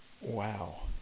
Wow